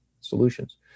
solutions